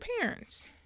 parents